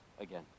again